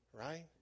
right